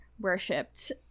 worshipped